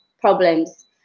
Problems